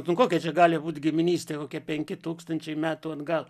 nu kokia čia gali būt giminystė kokie penki tūkstančiai metų atgal